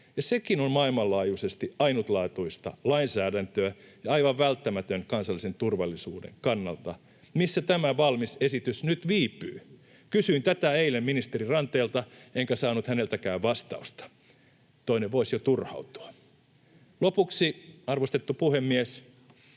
sekin on maailmanlaajuisesti ainutlaatuista lainsäädäntöä ja aivan välttämätön kansallisen turvallisuuden kannalta. Missä tämä valmis esitys nyt viipyy? Kysyin tätä eilen ministeri Ranteelta enkä saanut häneltäkään vastausta. Toinen voisi jo turhautua. Lopuksi, arvostettu puhemies: